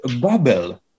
bubble